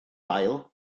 ail